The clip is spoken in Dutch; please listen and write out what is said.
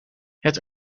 het